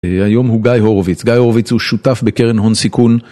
היום הוא גיא הורוביץ, גיא הורוביץ הוא שותף בקרן הון סיכון